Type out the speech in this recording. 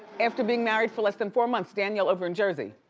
after being married for less than four months, danielle over in jersey,